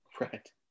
right